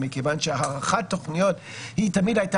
מכיוון שהערכת תוכניות תמיד הייתה